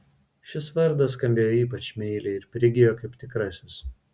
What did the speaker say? šis vardas skambėjo ypač meiliai ir prigijo kaip tikrasis